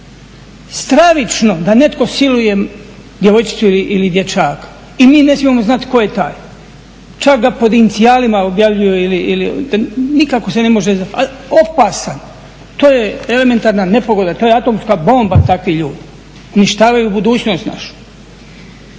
Stravično da netko siluje djevojčicu ili dječaka i mi ne smijemo znati tko je taj, čak ga pod inicijalima objavljuju ili nikako se ne može, a opasan je. To je elementarna nepogoda, to je atomska bomba takvi ljudi, uništavaju budućnost našu.